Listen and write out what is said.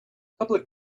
public